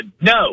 no